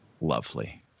Lovely